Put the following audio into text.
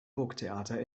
burgtheater